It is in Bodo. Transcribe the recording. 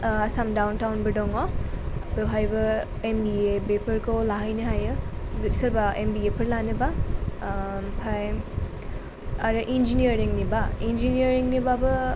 आसाम डाउन टाउनबो दङ बेवहायबो एम बि ए बेफोरखौ लाहैनो हायो सोरबा एम बि ए फोर लानोब्ला ओमफ्राय आरो इन्जिनियारिंनिब्ला इन्जिनियारिंनिब्लाबो